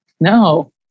No